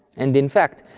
and in fact,